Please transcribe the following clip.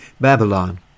Babylon